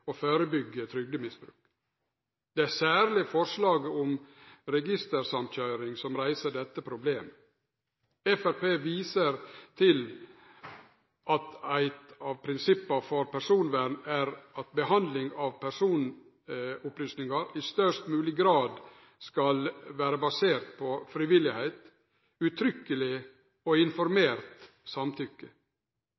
og førebyggje trygdemisbruk. Det er særleg forslaget om registersamkøyring som reiser dette problemet. Framstegspartiet viser til at eit av prinsippa for personvern er at behandling av personopplysningar i størst mogleg grad skal vere basert på frivilligheit, uttrykkjeleg og